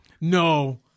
No